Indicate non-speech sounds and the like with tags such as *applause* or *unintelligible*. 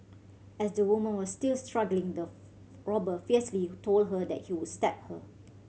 as the woman was still struggling the *unintelligible* robber fiercely told her that he would stab her